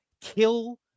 kill